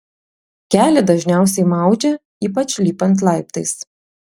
kelį dažniausiai maudžia ypač lipant laiptais